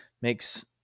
makes